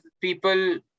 people